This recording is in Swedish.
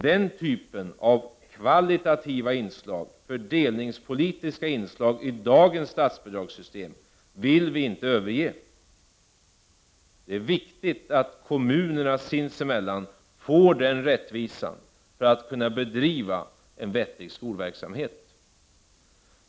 Den typen av kvalitativa, fördelningspolitiska inslag i dagens statsbidragssystem vill vi inte överge. Det är viktigt att kommunerna sinsemellan får den rättvisan för att kunna bedriva en vettig skolverksamhet.